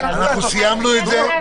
סיימנו את זה.